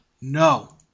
No